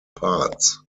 parts